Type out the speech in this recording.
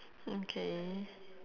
mm K